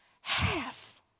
Half